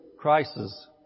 crisis